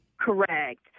Correct